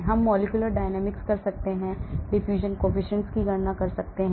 हम molecular dynamics कर सकते हैं हम diffusion coefficient की गणना कर सकते हैं